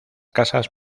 casas